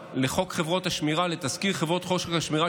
לתזכיר חברות השמירה,